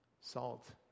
salt